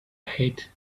hate